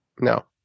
No